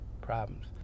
problems